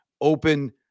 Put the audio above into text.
open